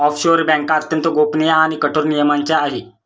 offshore बँका अत्यंत गोपनीय आणि कठोर नियमांच्या आहे